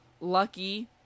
Lucky